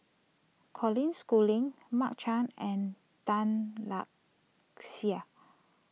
Colin Schooling Mark Chan and Tan Lark Sye